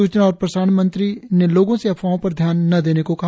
सूचना और प्रसारण मंत्री ने लोगों से अफवाहों पर ध्यान न देने को भी कहा